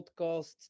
podcast